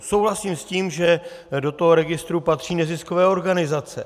Souhlasím s tím, že do registru patří neziskové organizace.